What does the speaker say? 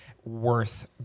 worth